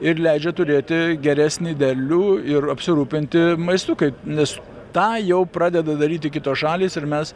ir leidžia turėti geresnį derlių ir apsirūpinti maistu kaip nes tą jau pradeda daryti kitos šalys ir mes